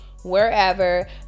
wherever